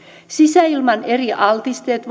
sisäilman eri altisteet